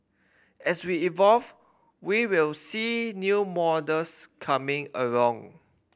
as we evolve we will see new models coming along